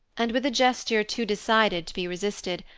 and with a gesture too decided to be resisted,